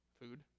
food